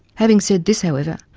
having said this however,